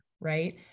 Right